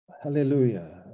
hallelujah